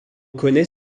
connaît